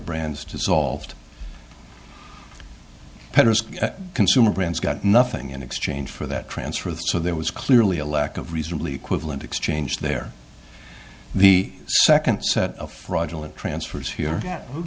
brands dissolved consumer brands got nothing in exchange for that transfer the so there was clearly a lack of reasonably equivalent exchange there the second set of fraudulent transfers here